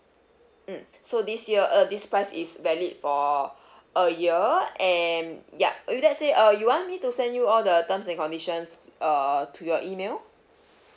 mm so this year uh this price is valid for a year and yup with that said uh you want me to send you all the terms and conditions err to your email